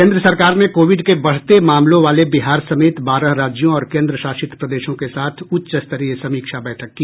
केन्द्र सरकार ने कोविड के बढ़ते मामलों वाले बिहार समेत बारह राज्यों और केन्द्रशासित प्रदेशों के साथ उच्चस्तरीय समीक्षा बैठक की